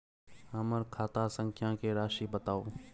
हमर खाता संख्या के राशि बताउ